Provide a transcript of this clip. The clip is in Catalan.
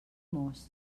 most